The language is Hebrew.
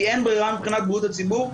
כי אין ברירה מבחינת בריאות הציבור.